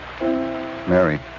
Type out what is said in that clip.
Mary